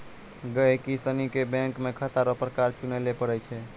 गहिकी सनी के बैंक मे खाता रो प्रकार चुनय लै पड़ै छै